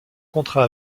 contrat